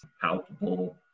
palpable